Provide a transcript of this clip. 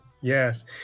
Yes